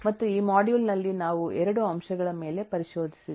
ಮತ್ತು ಈ ಮಾಡ್ಯೂಲ್ ನಲ್ಲಿ ನಾವು 2 ಅಂಶಗಳ ಮೇಲೆ ಪರಿಶೋಧಿಸಿದ್ದೇವೆ